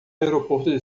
aeroporto